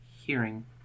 hearing